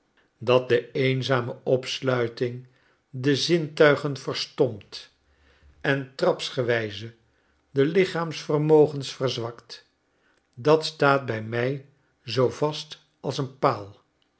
dat de eenzame opsluiting de zintuigen verstompt en trapsgewijze de lichaamsvermogens verzwakt dat staat bij mij zoo vat als een paal